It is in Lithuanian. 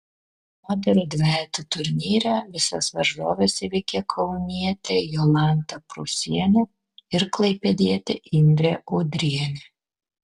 moterų dvejetų turnyre visas varžoves įveikė kaunietė jolanta prūsienė ir klaipėdietė indrė udrienė